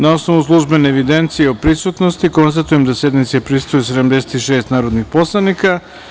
Na osnovu službene evidencije o prisutnosti, konstatujem da sednici prisustvuje 76 narodnih poslanika.